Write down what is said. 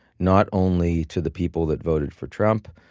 not only to the people that voted for trump,